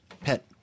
pet